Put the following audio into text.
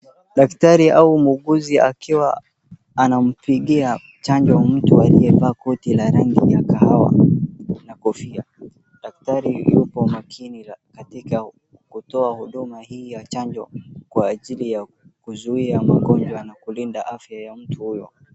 Daktari au muuguzi akiwa anampigia chanjo mtu aliyevaa koti la rangi ya kahawa na kofia. Daktari Yupo makini katika kutoa huduma hii ya chanjo kwa ajili ya kuzuia magonjwa na kulinda afya ya mtu huyo.